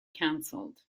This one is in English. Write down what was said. canceled